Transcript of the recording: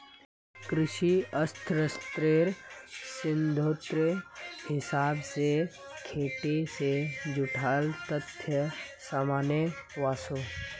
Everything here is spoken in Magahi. कृषि अर्थ्शाश्त्रेर सिद्धांतेर हिसाब से खेटी से जुडाल तथ्य सामने वोसो